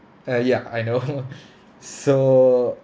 uh ya I know so